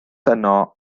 yno